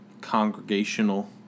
congregational